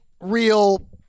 real